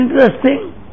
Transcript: interesting